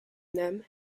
nam